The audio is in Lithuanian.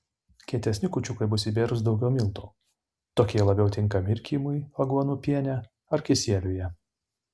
kietesni kūčiukai bus įbėrus daugiau miltų tokie labiau tinka mirkymui aguonų piene ar kisieliuje